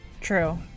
true